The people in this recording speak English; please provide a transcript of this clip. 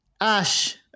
Ash